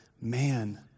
man